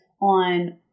on